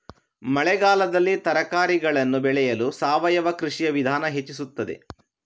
ಮಳೆಗಾಲದಲ್ಲಿ ತರಕಾರಿಗಳನ್ನು ಬೆಳೆಯಲು ಸಾವಯವ ಕೃಷಿಯ ವಿಧಾನ ಹೆಚ್ಚಿಸುತ್ತದೆ?